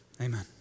Amen